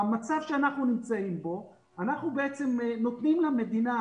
במצב שאנחנו נמצאים בו אנחנו נותנים למדינה